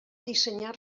dissenyar